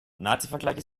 nazivergleiche